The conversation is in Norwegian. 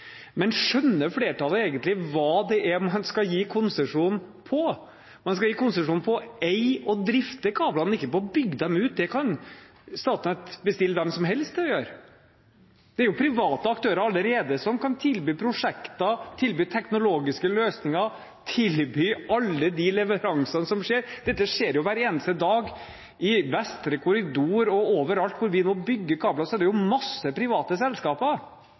Skjønner flertallet egentlig hva det er de skal gi konsesjon på? Man skal gi konsesjon på å eie og drifte kablene, ikke på å bygge dem ut. Det kan Statnett bestille hvem som helst til å gjøre. Det er allerede private aktører som kan tilby prosjekter, tilby teknologiske løsninger, tilby alt innen leveranse. Dette skjer jo hver eneste dag i Vestre korridor og overalt – når vi må legge kabler, er det mange private selskaper